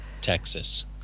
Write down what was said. Texas